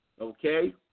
okay